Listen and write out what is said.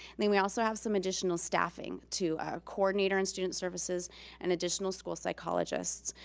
then we also have some additional staffing, too. a coordinator in student services and additional school psychologists.